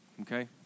okay